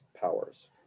powers